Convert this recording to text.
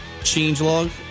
ChangeLog